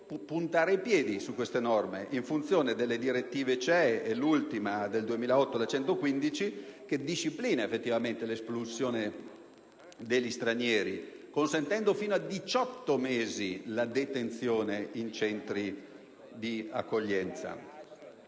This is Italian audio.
puntare i piedi su queste norme in funzione delle direttive comunitarie, l'ultima delle quali è la n. 115 del 2008, che disciplina effettivamente l'espulsione degli stranieri consentendo fino a 18 mesi la detenzione in centri di accoglienza.